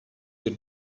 bir